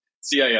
CIS